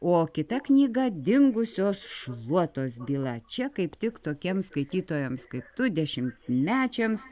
o kita knyga dingusios šluotos byla čia kaip tik tokiem skaitytojams kaip tu dešimtmečiams